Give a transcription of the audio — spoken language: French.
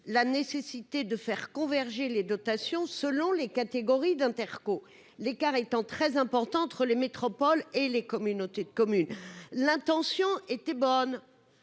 la nécessité de faire converger les dotations selon les catégories d'interco, l'écart étant très important entre les métropoles et les communautés de communes, l'intention était bonne